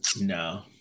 No